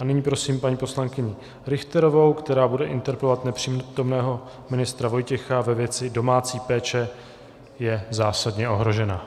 A nyní prosím paní poslankyni Richterovou, která bude interpelovat nepřítomného ministra Vojtěcha ve věci domácí péče je zásadně ohrožena.